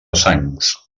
sangs